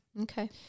okay